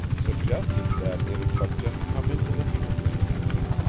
suggesting that it had but just come into the hands of the enemy,